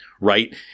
right